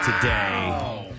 today